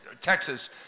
Texas